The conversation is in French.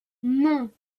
non